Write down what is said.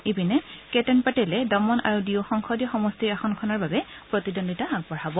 ইপিনে কেটন পেটেলে দমন আৰু দিউ সংসদীয় সমষ্টিৰ আসনখনৰ বাবে প্ৰতিদ্বন্দ্বিতা আগবঢ়াব